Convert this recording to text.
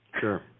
Sure